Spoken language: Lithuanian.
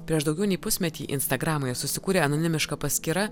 prieš daugiau nei pusmetį instagramoje susikūrė anonimiška paskyra